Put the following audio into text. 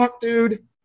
dude